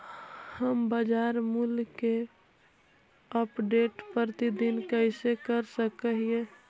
हम बाजार मूल्य के अपडेट, प्रतिदिन कैसे ले सक हिय?